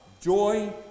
joy